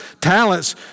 talents